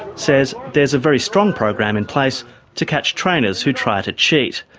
says there's a very strong program in place to catch trainers who try to cheat.